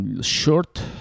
short